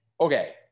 okay